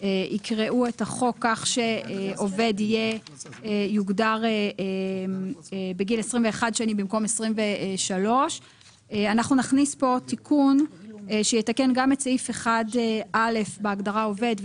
יקראו את החוק כך שעובד יוגדר בגיל 21 שנים במקום בגיל 23. אנחנו נכניס פה תיקון שיתקן את סעיף 1(א) בהגדרה של עובד,